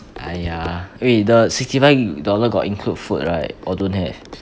!aiya! wait the sixty five dollar got include food right or don't have